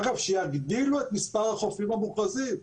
אגב, שיגדילו את מספר החופים המוכרזים.